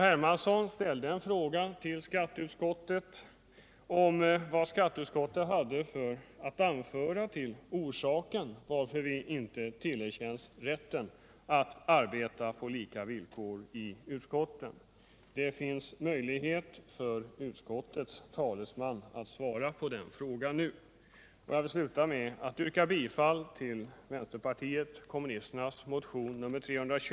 Hermansson ställde en fråga till skatteutskottet om vad utskottet hade att anföra om orsaken till att vi inte tillerkänns rätten att arbeta på lika villkor. Det finns möjlighet för utskottets talesman att svara på den frågan nu.